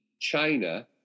China